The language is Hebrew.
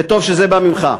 וטוב שזה בא ממך.